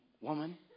woman